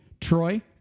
Troy